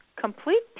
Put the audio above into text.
complete